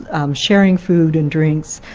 sharing food and drinks,